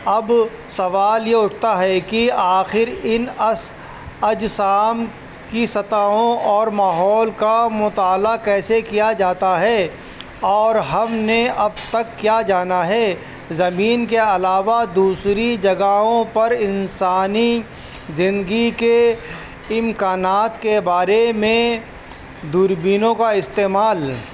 اب سوال یہ اٹھتا ہے کہ آخر ان اجسام کی سطحوں اور ماحول کا مطالعہ کیسے کیا جاتا ہے اور ہم ہم نے اب تک کیا جانا ہے زمین کے علاوہ دوسری جگہوں پر انسانی زندگی کے امکانات کے بارے میں دوربینوں کا استعمال